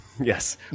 Yes